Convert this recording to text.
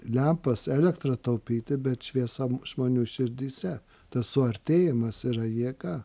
lempas elektrą taupyti bet šviesa žmonių širdyse tas suartėjimas yra jėga